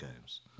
games